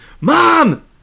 Mom